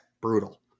brutal